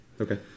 Okay